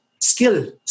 skill